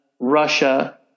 russia